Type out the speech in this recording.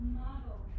model